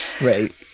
right